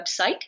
website